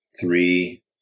three